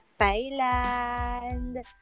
Thailand